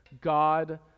God